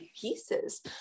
pieces